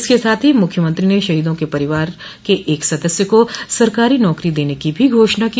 इसके साथ ही मुख्यमंत्री ने शहीदों के परिवार के एक सदस्य को सरकारी नौकरी देने की भी घोषणा की